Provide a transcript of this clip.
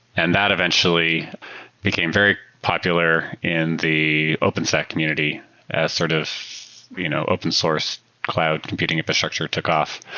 and that eventually became very popular in the open sec community as sort of you know open sourced cloud computing infrastructure took off.